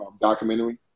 documentary